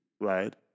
right